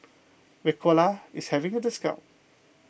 Ricola is having a discount